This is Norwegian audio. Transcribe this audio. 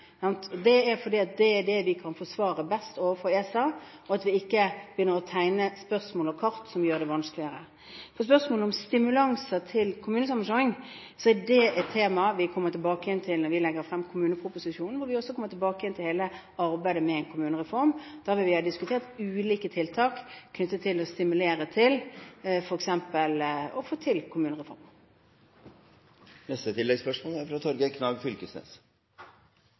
fordi det er det vi kan forsvare best overfor ESA, og ikke begynner å tegne spørsmål og kart som gjør det vanskeligere. Til spørsmålet om stimulanser til kommunesammenslåing: Det er et tema vi kommer tilbake igjen til når vi legger frem kommuneproposisjonen, hvor vi også kommer tilbake til hele arbeidet med kommunereform. Da vil vi ha diskutert ulike tiltak knyttet til å stimulere til f.eks. kommunereform. Torgeir Knag Fylkesnes – til oppfølgingsspørsmål. På det bildet som prydar denne salen, manglar det nordlendingar; det er